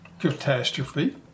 catastrophe